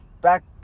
back